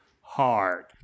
hard